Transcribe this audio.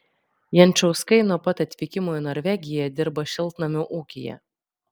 jančauskai nuo pat atvykimo į norvegiją dirba šiltnamių ūkyje